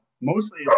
mostly